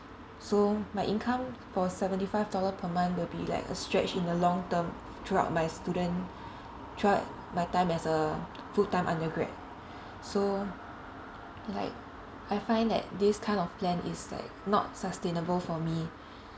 so my income for seventy five dollar per month will be like a stretch in the long term throughout my student throughout my time as a full time undergrad so like I find that this kind of plan is like not sustainable for me